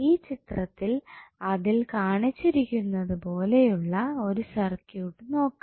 ഈ ചിത്രത്തിൽ അതിൽ കാണിച്ചിരിക്കുന്നത് പോലെയുള്ള ഒരു സർക്യൂട്ട് നോക്കാം